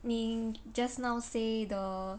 你 just now say the